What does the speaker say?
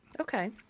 Okay